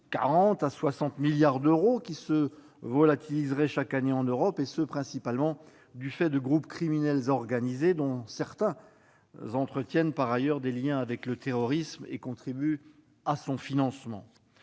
à 60 milliards d'euros qui se volatiliseraient chaque année en Europe, principalement du fait de groupes criminels organisés, dont certains entretiennent par ailleurs des liens avec le terrorisme et contribuent à son financement.